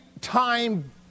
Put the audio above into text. time